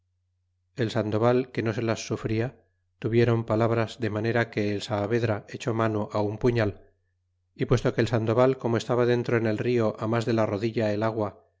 el sandoval que no se las sufria tuviéron palabras de manera que el saavedra echó mano aun puñal y puesto que el sandoval como estaba dentro en el rio a mas de la rodilla el agua